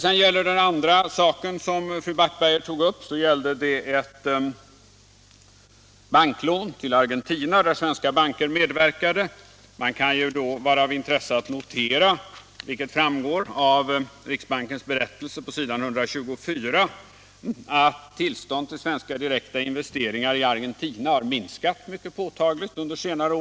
Som andra punkt tog fru Backberger upp ett banklån till, Argentina där svenska banker medverkar. Det kan ju vara av intresse att notera vad som står på s. 124 i riksbankens berättelse, nämligen att tillstånden till svenska direkta investeringar i Argentina har minskat mycket påtagligt under senare år.